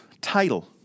title